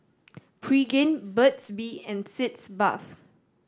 Pregain Burt's Bee and Sitz Bath